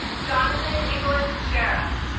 jonathon nicholas sheriff